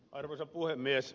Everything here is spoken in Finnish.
arvoisa puhemies